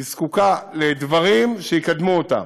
היא זקוקה לדברים שיקדמו אותה.